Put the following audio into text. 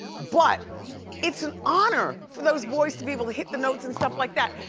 but it's an honor for those boys to be able to hit the notes and stuff like that.